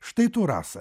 štai tu rasa